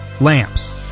lamps